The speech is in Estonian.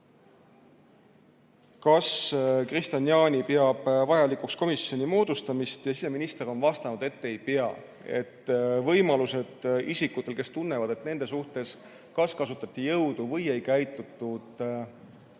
kas Kristian Jaani peab vajalikuks komisjoni moodustamist, ja siseminister vastas, et ei pea, sest isikutel, kes tunnevad, et nende suhtes kasutati jõudu või ei käitutud